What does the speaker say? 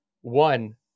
one